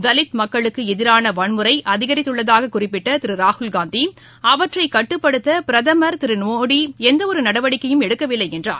தலித் மக்களுக்கு எதிரான வன்முறை அதிகரித்துள்ளதாக குறிப்பிட்ட திரு ராகுல்காந்தி அவற்றை கட்டுப்படுத்த பிரதமர் திரு மோடி எந்தவொரு நடவடிக்கையும் எடுக்கவில்லை என்றார்